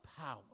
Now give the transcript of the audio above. power